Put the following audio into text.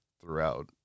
throughout